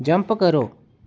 jump करो